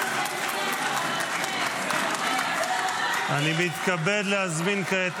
--- אתה מפקיר את החטופים --- אני מתכבד להזמין כעת,